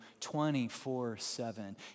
24-7